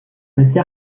passé